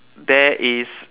there is